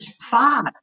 five